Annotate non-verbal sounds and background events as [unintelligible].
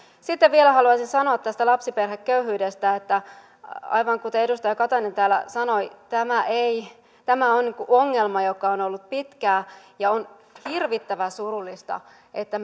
sitten vielä haluaisin sanoa tästä lapsiperheköyhyydestä että aivan kuten edustaja katainen täällä sanoi tämä on ongelma joka on ollut pitkään ja on hirvittävän surullista että [unintelligible]